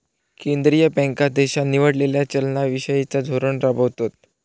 केंद्रीय बँका देशान निवडलेला चलना विषयिचा धोरण राबवतत